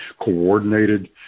coordinated